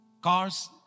Cars